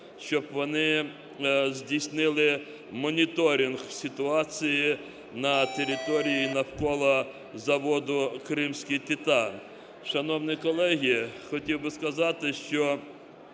щоб вони здійснили моніторинг ситуації на території навколо заводу "Кримський титан". Шановні колеги, хотів би сказати, що